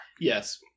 yes